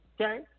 Okay